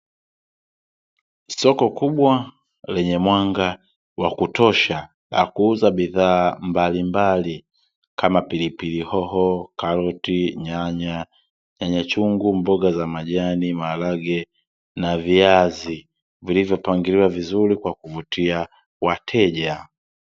Soko kubwa lenye mwanga wa kutosha la kuuza bidhaa mbalimbali kama: pilipili, hoho, nyanya, karoti, nyanya chungu, mboga za majani, maharage na viazi vilivyopangiliwa vizuri kwa kuvutia wateja.